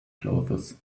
clothes